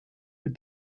with